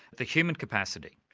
the human capacity?